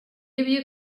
havia